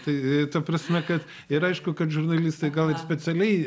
tai ta prasme kad ir aišku kad žurnalistai gal ir specialiai